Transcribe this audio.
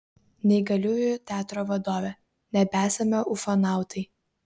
neįgaliųjų teatro vadovė nebesame ufonautai